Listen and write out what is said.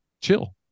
chill